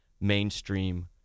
mainstream